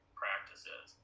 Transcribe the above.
practices